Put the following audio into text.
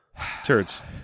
Turds